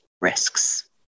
risks